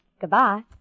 Goodbye